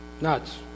nuts